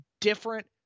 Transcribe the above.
different